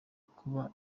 kuba